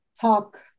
talk